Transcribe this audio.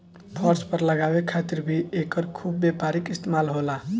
फर्श पर लगावे खातिर भी एकर खूब व्यापारिक इस्तेमाल होला